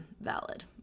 valid